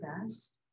best